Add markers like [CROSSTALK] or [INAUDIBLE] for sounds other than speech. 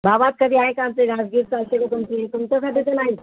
भावात कधी आहे का आमची घासघीस [UNINTELLIGIBLE] तुमच्यासाठी तर नाहीच